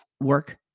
work